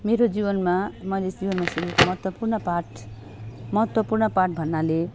मेरो जीवनमा मैले यस जीवनमा सिकेको महत्त्वपूर्ण पाठ महत्त्वपूर्ण पाठ भन्नाले